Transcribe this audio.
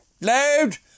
load